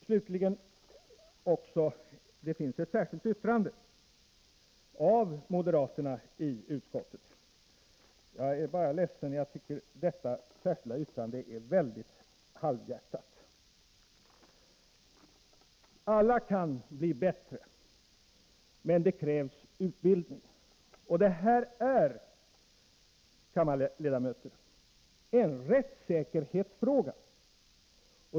Slutligen finns det ett särskilt yttrande av moderaterna i utskottet. Jag är bara ledsen över att detta särskilda yttrande är väldigt halvhjärtat. Alla kan bli bättre men för det krävs utbildning. Det här är, kammarledamöter, en rättssäkerhetsfråga.